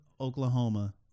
Oklahoma